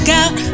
out